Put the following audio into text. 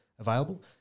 Available